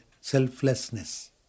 selflessness